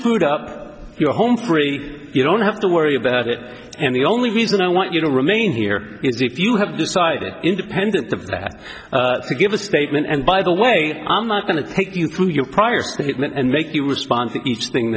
screwed up you're home free you don't have to worry about it and the only reason i want you to remain here is if you have decided independent of that to give a statement and by the way i'm not going to take you through your prior statement and make you respond to each thing